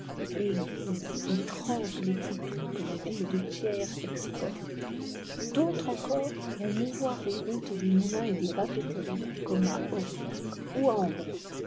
aiguisent et trempent les couteaux que la ville de thiers exporte d'autres encore font mouvoir les roues des moulins ou des papeteries comme à aurillac ou à ambert